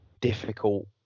difficult